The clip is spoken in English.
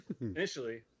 initially